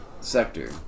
Sector